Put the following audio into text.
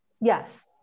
Yes